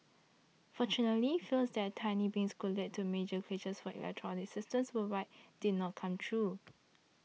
fortunately fears that tiny blip could lead to major glitches for electronic systems worldwide did not come true